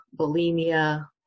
bulimia